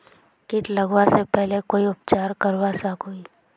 किट लगवा से पहले कोई उपचार करवा सकोहो ही?